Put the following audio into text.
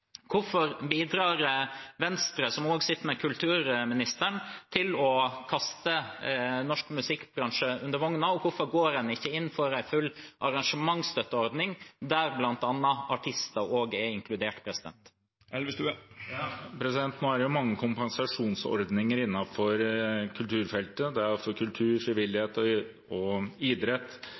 Hvorfor bidrar Venstre, som også sitter med kulturministeren, til å kaste norsk musikkbransje under vogna? Og hvorfor går en ikke inn for en full arrangementsstøtteordning, der bl.a. artister også er inkludert? Det er mange kompensasjonsordninger innenfor kulturfeltet. Det er for kultur, frivillighet og idrett – for kultursektoren, og